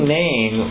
name